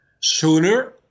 Sooner